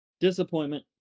Disappointment